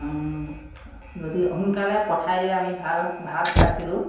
যদি সোনকালে পঠাই দিলে আমি ভাল ভাল পাইছিলোঁ